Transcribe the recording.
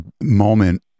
moment